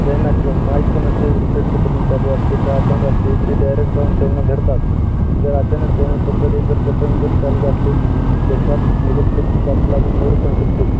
त्यांना क माहीत पण नसते हीटरचे बटन चालू असते का बंद असते ते डायरेक्ट जाऊन त्यांना धरतात जर अचानक त्याने पकडलं जर बटन जर चालू असले ते शॉक इलेक्ट्रिक शॉक लागून मरू पण शकते